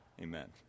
Amen